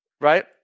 right